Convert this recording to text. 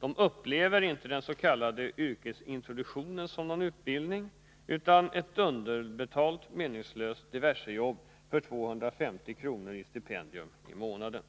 De upplever inte dens.k. yrkesintroduktionen som någon utbildning utan som ett underbetalt meningslöst diversejobb för 250 kr. i stipendium i månaden.